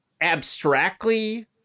abstractly